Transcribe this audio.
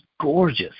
gorgeous